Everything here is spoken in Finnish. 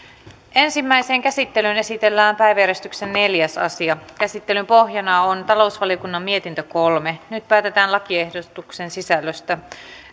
ensimmäiseen käsittelyyn esitellään päiväjärjestyksen neljäs asia käsittelyn pohjana on talousvaliokunnan mietintö kolme nyt päätetään lakiehdotuksen sisällöstä